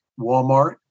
Walmart